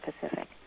Pacific